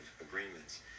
agreements